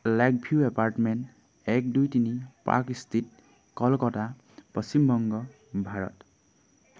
lake view apartment এক দুই তিনি পাৰ্ক ষ্ট্ৰীট কলকাতা পশ্চিমবংগ ভাৰত